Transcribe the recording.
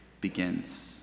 begins